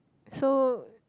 so